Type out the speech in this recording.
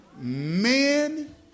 Men